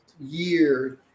year